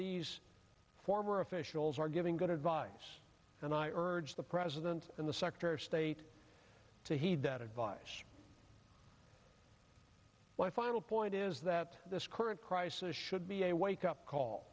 these former officials are giving good advice and i urge the president and the secretary of state to heed that advice my final point is that this current crisis should be a wake up call